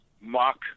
mock